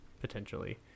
potentially